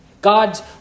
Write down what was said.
God's